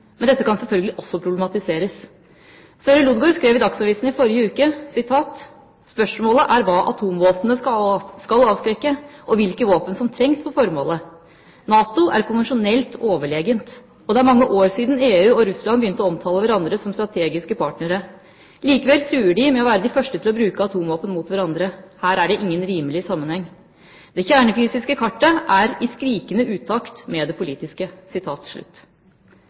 Men dette kan selvfølgelig også problematiseres. Sverre Lodgaard skrev i Dagsavisen i forrige uke: «Spørsmålet er hva atomvåpnene skal avskrekke og hvilke våpen som trengs for formålet. NATO er konvensjonelt overlegent. Og det er mange år siden EU og Russland begynte å omtale hverandre som strategiske partnere. Likevel truer de med å være de første til å bruke atomvåpen mot hverandre. Her er det ingen rimelig sammenheng. Det kjernefysiske kartet er i skrikende utakt med det politiske.»